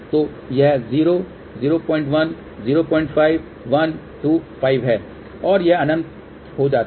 तो यह 0 01 05 1 2 5 है और यह अनंत हो जाता है